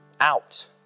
out